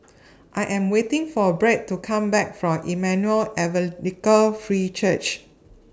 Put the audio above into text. I Am waiting For Britt to Come Back from Emmanuel Evangelical Free Church